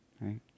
right